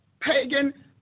pagan